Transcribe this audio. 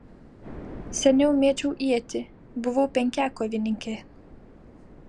seniau mėčiau ietį buvau penkiakovininkė